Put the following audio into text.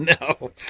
no